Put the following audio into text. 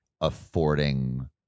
affording